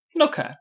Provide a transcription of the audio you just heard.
Okay